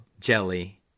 jelly